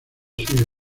sigue